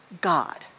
God